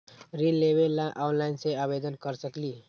ऋण लेवे ला ऑनलाइन से आवेदन कर सकली?